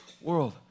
world